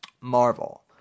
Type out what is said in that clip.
Marvel